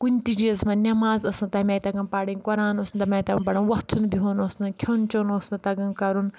کُنہِ تہِ چیٖزَس منٛز نؠماز ٲسۍ نہٕ تمہِ آیہِ تَگان پَرٕنۍ قۄران اوس نہٕ تمہِ آیہِ تَگان وۄتھُن بِہُن اوس نہٕ کھیٚون چٮ۪وٚن اوس نہٕ تَگان کَرُن